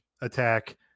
attack